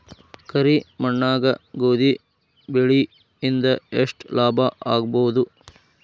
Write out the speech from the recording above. ಕರಿ ಮಣ್ಣಾಗ ಗೋಧಿ ಬೆಳಿ ಇಂದ ಎಷ್ಟ ಲಾಭ ಆಗಬಹುದ?